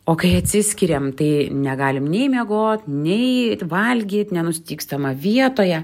o kai atsiskiriam tai negalim nei miegot nei valgyt nenustygstama vietoje